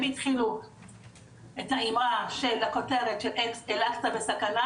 הם התחילו את האימרה של הכותרת של אל-עקצה בסכנה